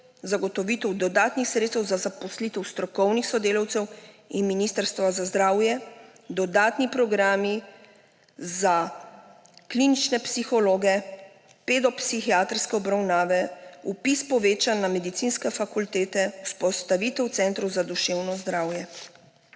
zagotovitev dodatnih sredstev za zaposlitev strokovnih sodelavcev; in Ministrstva za zdravje: dodatni programi za klinične psihologe, pedopsihiatrske obravnave, povečan vpis na medicinske fakultete, vzpostavitev center za duševno zdravje.